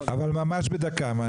אבל ממש בדקה.